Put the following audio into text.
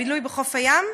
הבילוי בחוף הים.